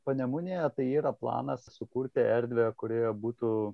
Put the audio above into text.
panemunėje tai yra planas sukurti erdvę kurioje būtų